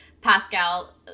Pascal